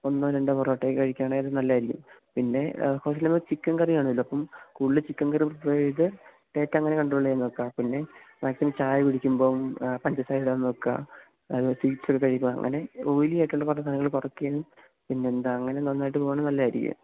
ഒന്നോ രണ്ടോ പൊറോട്ടയൊക്കെ കഴിക്കുക ആണേൽ നല്ലതായിരിക്കും പിന്നെ ഹോസ്റ്റൽലിപ്പം ചിക്കങ്കറിയാണേലോ അപ്പം കൂടുതൽ ചിക്കൻ കറി പ്രിഫെർ ചെയ്ത് ഡയ്റ്റങ്ങനെ കണ്ട്രോൾ ചെയ്യാൻ നോക്കാം പിന്നെ മാക്സിമം ചായ കുടിക്കുമ്പം പഞ്ചസാരയിടാതെ നോക്കുക അത് സ്വീറ്റ്സ്സക്കെ കഴിക്കുക അങ്ങനെ ഓയിലി ആക്കേണ്ട കുറച്ച് സാധനങ്ങൾ പതുക്കെയങ്ങ് പിന്നെന്താ അങ്ങനെ നന്നായിട്ട് പോകാണേൽ നല്ലതായിരിക്കും